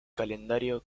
calendario